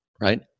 right